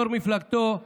יו"ר מפלגתו,